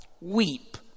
Weep